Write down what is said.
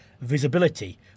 visibility